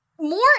More